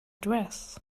dress